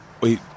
wait